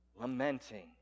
lamenting